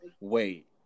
Wait